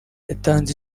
watanze